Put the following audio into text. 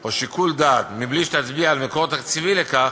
או שיקול דעת, בלי שתצביע על מקור תקציבי לכך,